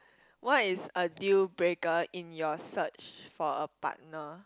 what is a deal breaker in your search for a partner